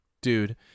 dude